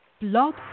blog